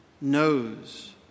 knows